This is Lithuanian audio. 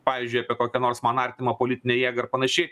pavyzdžiui apie kokią nors man artimą politinę jėgą ir panašiai